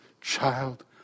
child